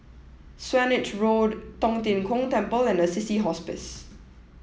Swanage Road Tong Tien Kung Temple and Assisi Hospice